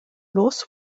nos